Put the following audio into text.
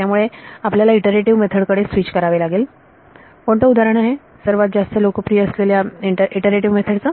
त्यामुळे आपल्याला iterative method कडे स्वीच करावे लागेल कोणते उदाहरण आहे सर्वात जास्त लोकप्रिय असलेल्या इटरेटिव्ह मेथड चे